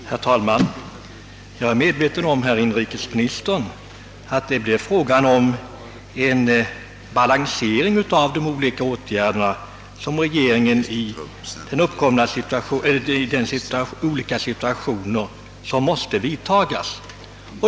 Herr talman! Jag är medveten om, herr inrikesminister, att det måste göras en avvägning mellan de åtgärder, som regeringen i olika situationer kan tänkas vidta.